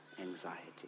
anxiety